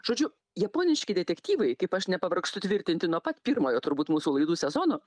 žodžiu japoniški detektyvai kaip aš nepavargstu tvirtinti nuo pat pirmojo turbūt mūsų laidų sezono